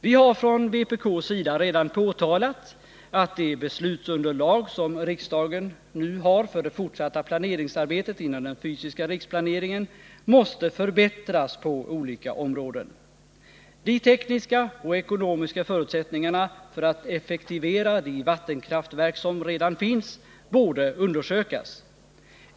Vi har från vpk:s sida redan framhållit att det beslutsunderlag som riksdagen nu har för det fortsatta planeringsarbetet inom den fysiska riksplaneringen måste förbättras på olika områden. De tekniska och ekonomiska förutsättningarna för att effektivera de vattenkraftverk som redan finns borde undersökas.